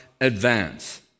advance